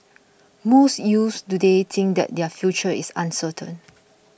most youths today think that their future is uncertain